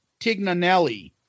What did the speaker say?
Tignanelli